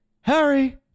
Harry